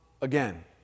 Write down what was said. again